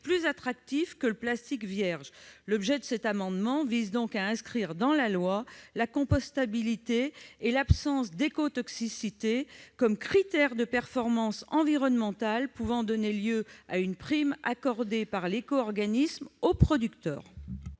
plus attractif que le plastique vierge. Cet amendement vise à inscrire dans la loi la compostabilité et l'absence d'écotoxicité comme critères de performance environnementale pouvant donner lieu à une prime accordée par l'éco-organisme au producteur.